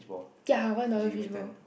ya one dollar fish ball